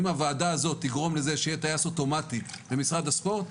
אם הוועדה הזו תגרום לכך שיהיה טייס אוטומטי במשרד הספורט,